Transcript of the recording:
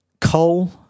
coal